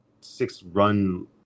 six-run